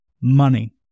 money